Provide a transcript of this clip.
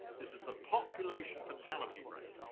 this is the population fatality rate.